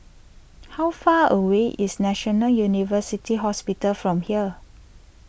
how far away is National University Hospital from here